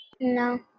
No